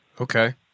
Okay